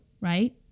right